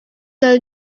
dal